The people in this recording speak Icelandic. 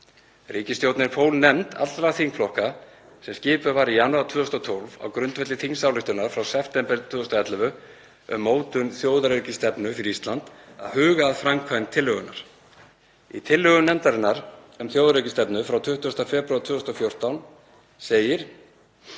Ríkisstjórnin fól nefnd allra þingflokka sem skipuð var í janúar 2012 á grundvelli þingsályktunar frá september 2011 um mótun þjóðaröryggisstefnu fyrir Ísland að huga að framkvæmd tillögunnar. Í tillögum nefndarinnar um þjóðaröryggisstefnu frá 20. febrúar 2014 segir: